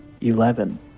Eleven